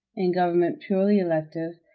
in government purely elective,